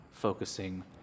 focusing